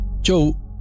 Joe